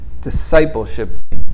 discipleship